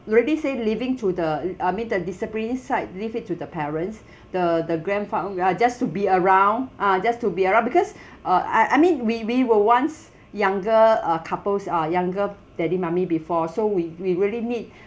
we already say leaving to the I mean the disciplining side leave it to the parents the the grandfather ya just to be around ah just to be around because uh I I mean we we were once younger uh couples uh younger daddy mummy before so we we really need